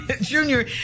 Junior